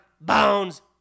Bones